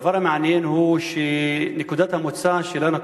הדבר המעניין הוא שנקודת המוצא שלנו,